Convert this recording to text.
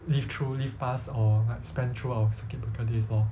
live through live pass or like spend through our circuit breaker days lor